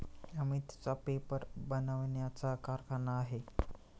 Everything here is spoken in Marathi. अमितचा पेपर बनवण्याचा कारखाना आहे